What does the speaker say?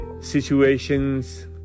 situations